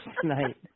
tonight